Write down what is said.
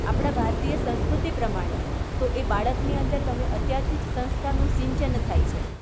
આપણા ભારતીય સંસ્કૃતિ પ્રમાણે તો એ બાળકની અંદર તમે અત્યારથી જ સંસ્કારનું સિંચન થાય છે